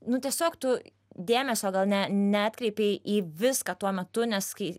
nu tiesiog tu dėmesio gal ne neatkreipei į viską tuo metu nes kai